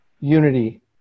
unity